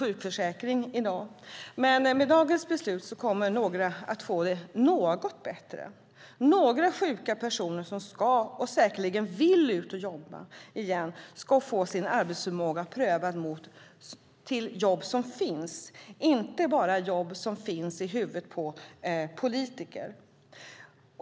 Men med dagens beslut kommer några att få det något bättre. Några sjuka personer som ska och säkerligen vill ut och jobba igen ska få sin arbetsförmåga prövad mot jobb som finns, inte mot jobb som bara finns i huvudet på politiker.